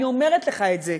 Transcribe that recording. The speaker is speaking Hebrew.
אני אומרת לך את זה.